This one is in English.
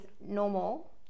normal